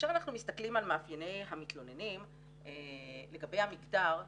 כאשר אנחנו מסתכלים על מאפייני המתלוננים לגבי המגדר,